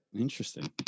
Interesting